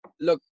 Look